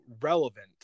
relevant